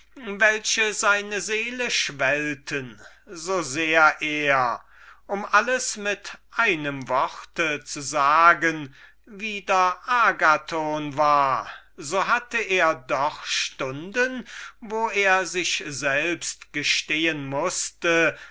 welche seine seele schwellten so sehr er um alles mit einem wort zu sagen wieder agathon war so hatte er doch stunden wo er sich selbst gestehen mußte